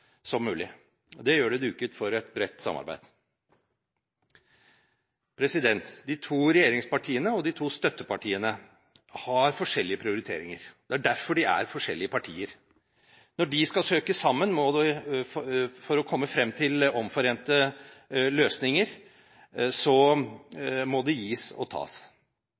som mulig. Det gjør det duket for et bredt samarbeid. De to regjeringspartiene og de to støttepartiene har forskjellige prioriteringer. Det er derfor de er forskjellige partier. Når de skal søke sammen for å komme fram til omforente løsninger, må det gis og tas.